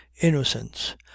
innocence